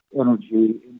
energy